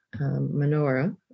menorah